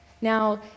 Now